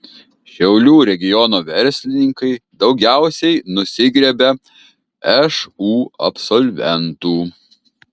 šiaulių regiono verslininkai daugiausiai nusigriebia šu absolventų